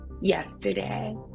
yesterday